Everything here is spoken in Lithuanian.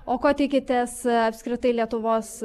o ko tikitės apskritai lietuvos